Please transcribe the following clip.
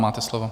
Máte slovo.